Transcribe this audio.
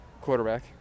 quarterback